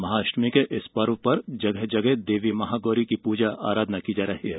महाअष्टमी के इस पर्व पर जगह जगह देवी महागौरी की पूजा आराधना की जा रही है